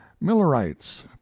Millerites